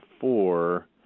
four